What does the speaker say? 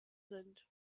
sind